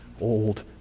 old